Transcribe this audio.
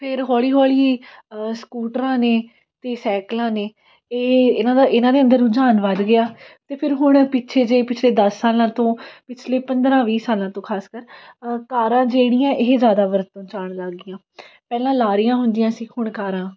ਫਿਰ ਹੌਲੀ ਹੌਲੀ ਸਕੂਟਰਾਂ ਨੇ ਅਤੇ ਸਾਈਕਲਾਂ ਨੇ ਇਹ ਇਹਨਾਂ ਦਾ ਇਹਨਾਂ ਦੇ ਅੰਦਰ ਰੁਝਾਨ ਵੱਧ ਗਿਆ ਅਤੇ ਫਿਰ ਹੁਣ ਪਿੱਛੇ ਜੇ ਪਿੱਛੇ ਦਸ ਸਾਲਾਂ ਤੋਂ ਪਿਛਲੇ ਪੰਦਰ੍ਹਾਂ ਵੀਹ ਸਾਲਾਂ ਤੋਂ ਖਾਸਕਰ ਕਾਰਾਂ ਜਿਹੜੀਆਂ ਇਹ ਜ਼ਿਆਦਾ ਵਰਤੋਂ 'ਚ ਆਉਣ ਲੱਗ ਗਈਆਂ ਪਹਿਲਾਂ ਲਾਰੀਆਂ ਹੁੰਦੀਆਂ ਸੀ ਹੁਣ ਕਾਰਾਂ